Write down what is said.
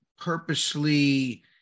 purposely